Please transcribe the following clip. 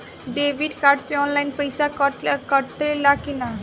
Debit card से online पैसा कटा ले कि ना?